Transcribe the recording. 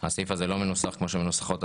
אין שום סיבה שהם לא יפתחו שם מעבדה.